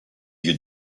lieu